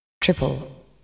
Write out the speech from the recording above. Triple